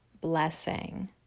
blessing